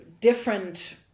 Different